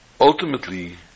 ultimately